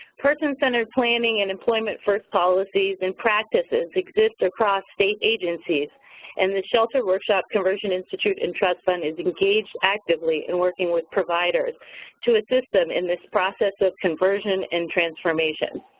person centered planning and implement first policies and practices exist across state agencies and the sheltered workshop conversion institute and trust fund is engaged actively in working with providers to assist them in this process of conversion and transformation.